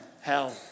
hell